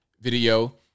video